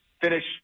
finish